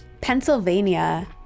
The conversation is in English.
Pennsylvania